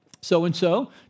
so-and-so